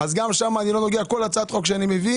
כל הצעת חוק שאני מביא